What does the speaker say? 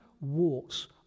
walks